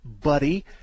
buddy